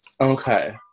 Okay